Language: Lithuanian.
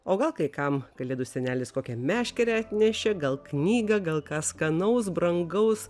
o gal kai kam kalėdų senelis kokią meškerę atnešė gal knygą gal ką skanaus brangaus